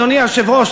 אדוני היושב-ראש,